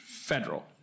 federal